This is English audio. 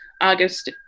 August